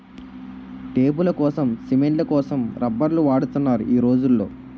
టేపులకోసం, సిమెంట్ల కోసం రబ్బర్లు వాడుతున్నారు ఈ రోజుల్లో